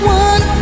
one